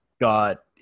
got